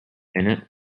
innit